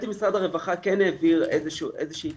משרד הרווחה כן העביר איזושהי התייחסות,